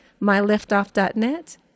myliftoff.net